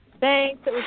Thanks